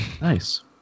nice